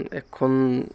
এখন